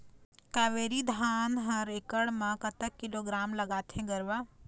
कावेरी धान हर एकड़ म कतक किलोग्राम लगाथें गरवा?